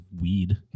weed